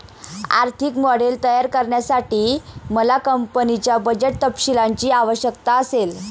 आर्थिक मॉडेल तयार करण्यासाठी मला कंपनीच्या बजेट तपशीलांची आवश्यकता असेल